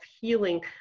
healing